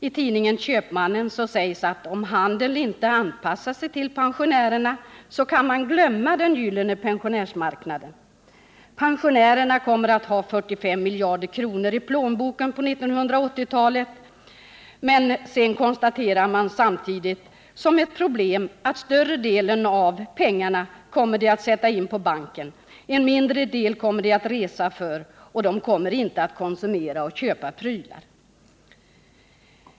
I tidningen Köpmannen sägs att om handeln inte anpassar sig till pensionärerna kan man glömma ”den gyllene pensionärsmarknaden”. Pensionärerna kommer att ha 45 miljarder kronor i plånboken på 1980-talet, men sedan konstaterar man samtidigt som ett problem att större delen av pengarna kommer de att sätta in på banken. En mindre del kommer de att resa för. De kommer inte att konsumera, köpa prylar.